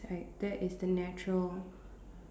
like that is the natural